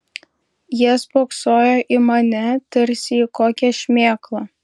jie spoksojo į mane tarsi į kokią šmėklą